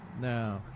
Now